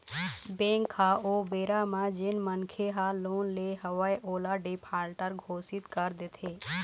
bank ह ओ बेरा म जेन मनखे ह लोन ले हवय ओला डिफाल्टर घोसित कर देथे